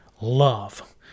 Love